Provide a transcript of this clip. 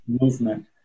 movement